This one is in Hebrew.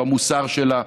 במוסר שלה,